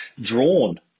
drawn